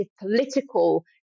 political